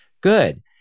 Good